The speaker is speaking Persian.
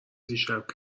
دیشب